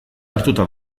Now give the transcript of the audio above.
hartuta